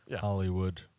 Hollywood